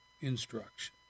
instruction